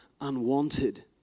unwanted